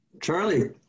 Charlie